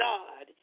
God